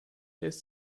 lässt